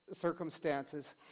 circumstances